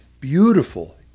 beautiful